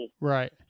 Right